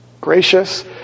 gracious